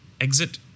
exit